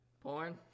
Porn